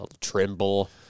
Trimble